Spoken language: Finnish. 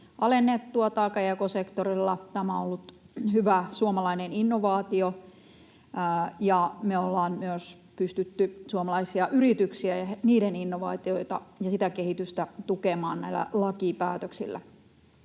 alennettua taakanjakosektorilla. Tämä on ollut hyvä suomalainen innovaatio, ja me ollaan myös pystytty suomalaisia yrityksiä ja niiden innovaatioita ja sitä kehitystä tukemaan näillä lakipäätöksillä.